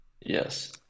Yes